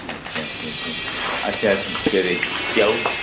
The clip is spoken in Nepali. अच्छा अच्छा अच्छा अच्छा के रे च्याउ